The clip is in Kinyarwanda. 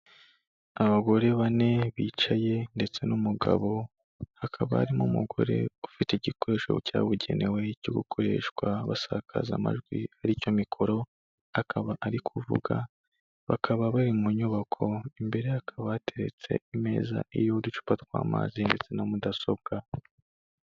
Abagore bane bicaye ndetse n'umugabo hakaba harimo umugore ufite igikoresho cyabugenewe cyo gukoreshwa basakaza amajwi aricyo mikoro, akaba ari kuvuga, bakaba bari mu nyubako, imbere ye hakaba hateretse imeza iriho uducupa tw'amazi ndetse na mudasobwa.